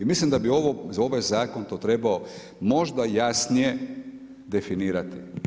I mislim da bi ovaj zakon to trebao možda jasnije definirati.